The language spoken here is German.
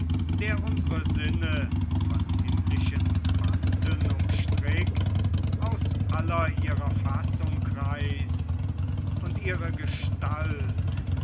der unsere sinne von himmlischen banden umstrickt aus aller ihrer fassung reißt und ihre gestalt